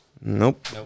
Nope